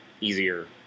easier